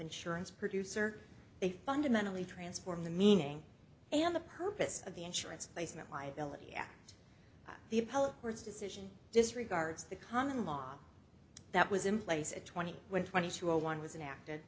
insurance producer they fundamentally transform the meaning and the purpose of the insurance placement liability act the appellate court's decision disregards the common law that was in place at twenty one twenty two a one was an ac